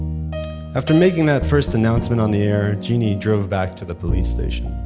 after making that first announcement on the air, genie drove back to the police station.